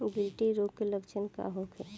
गिल्टी रोग के लक्षण का होखे?